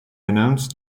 announced